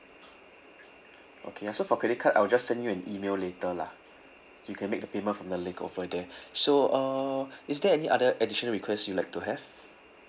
okay ya so for credit card I will just send you an email later lah you can make the payment from the link over there so err is there any other additional requests you like to have